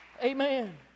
Amen